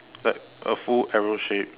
like a full arrow shape